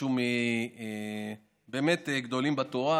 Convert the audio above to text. משהו מגדולים בתורה.